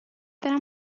برم